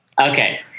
Okay